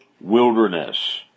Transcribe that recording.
wilderness